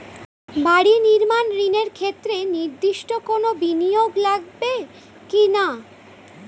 বাড়ি নির্মাণ ঋণের ক্ষেত্রে নির্দিষ্ট কোনো বিনিয়োগ লাগবে কি না?